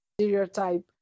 stereotype